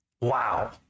Wow